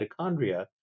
mitochondria